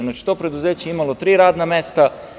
Znači, to preduzeće je imalo tri radna mesta.